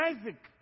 Isaac